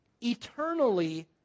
eternally